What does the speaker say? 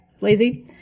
lazy